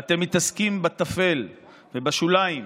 אתם מתעסקים בטפל ובשוליים.